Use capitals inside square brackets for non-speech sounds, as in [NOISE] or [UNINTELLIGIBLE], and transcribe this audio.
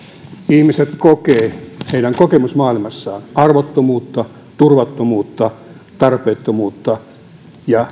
ihmiset kokevat kokemusmaailmassaan arvottomuutta turvattomuutta tarpeettomuutta ja [UNINTELLIGIBLE]